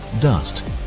dust